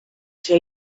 ser